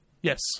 yes